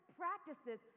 practices